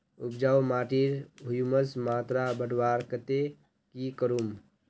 उपजाऊ माटिर ह्यूमस मात्रा बढ़वार केते की करूम?